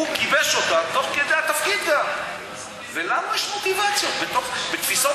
הוא גיבש אותה ולנו יש מוטיבציות ותפיסות